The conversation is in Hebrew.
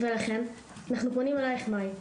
ולכן, אנחנו פונים אליך מאי.